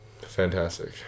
fantastic